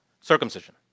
circumcision